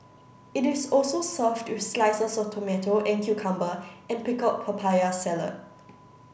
it is also served with slices of tomato and cucumber and pickled papaya salad